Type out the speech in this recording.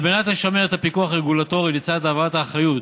על מנת לשמר את הפיקוח הרגולטורי לצד העברת האחריות